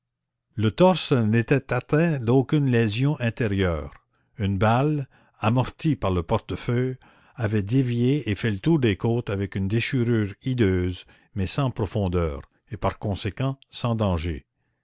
le torse n'était atteint d'aucune lésion intérieure une balle amortie par le portefeuille avait dévié et fait le tour des côtes avec une déchirure hideuse mais sans profondeur et par conséquent sans danger